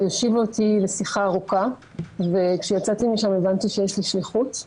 היא הושיבה אותי לשיחה ארוכה וכשיצאתי משם הבנתי שיש לי שליחות.